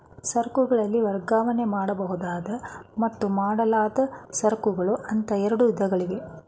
ಸರಕುಗಳಲ್ಲಿ ವರ್ಗಾವಣೆ ಮಾಡಬಹುದಾದ ಮತ್ತು ಮಾಡಲಾಗದ ಸರಕುಗಳು ಅಂತ ಎರಡು ವಿಧಗಳಿವೆ